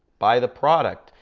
buy the product.